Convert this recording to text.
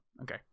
Okay